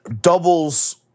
doubles